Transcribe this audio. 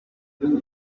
umwe